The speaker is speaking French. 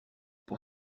pour